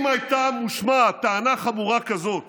אם הייתה מושמעת טענה חמורה כזאת